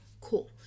cool